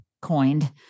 coined